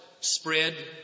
spread